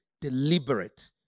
deliberate